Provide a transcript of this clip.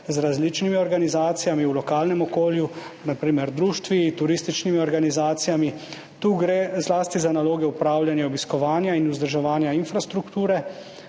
z različnimi organizacijami v lokalnem okolju, na primer društvi, turističnimi organizacijami. Tu gre zlasti za naloge upravljanja obiskovanja in vzdrževanja infrastrukture